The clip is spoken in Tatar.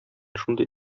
шундый